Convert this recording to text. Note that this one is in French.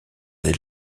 des